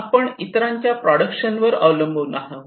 आपण इतरांच्या प्रॉडक्शन वर अवलंबून आहोत